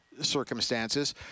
Circumstances